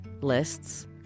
lists